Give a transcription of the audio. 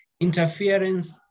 interference